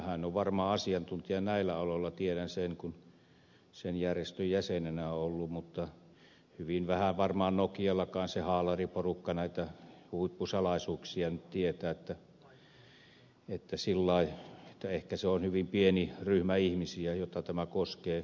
hän on varmaan asiantuntija näillä aloilla tiedän sen kun sen järjestön jäsenenä olen ollut mutta hyvin vähän varmaan nokiallakin se haalariporukka näitä huippusalaisuuksia tietää niin että ehkä se on hyvin pieni ryhmä ihmisiä joita tämä koskee yrityksissä